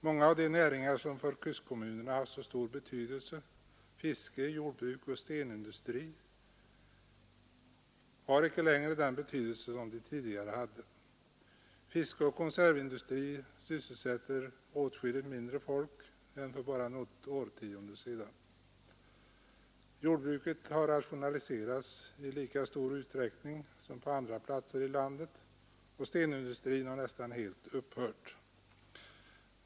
Många av de näringar som för kustkommunerna haft stor betydelse — fiske, jordbruk och stenindustri — har icke längre den betydelse som de tidigare hade. Fiskeoch konservindustri sysselsätter åtskilligt mindre folk än för bara något årtionde sedan. Jordbruket har rationaliserats i lika stor utsträckning som på andra platser i landet, och stenindustrin har nästan helt upphört.